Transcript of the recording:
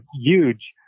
huge